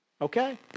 okay